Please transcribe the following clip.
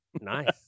Nice